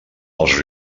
als